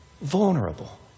vulnerable